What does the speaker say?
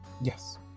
Yes